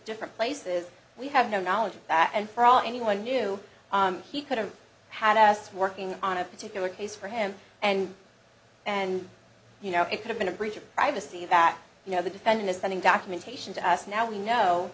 different places we have no knowledge of that and for all anyone knew he could have had us working on a particular case for him and and you know it could have been a breach of privacy that you know the defendant is spending documentation to us now we know